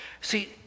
See